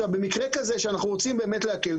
במקרה כזה שאנחנו רוצים להקל,